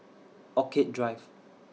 Orchid Drive